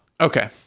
Okay